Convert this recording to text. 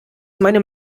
meinem